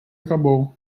acabou